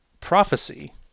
prophecy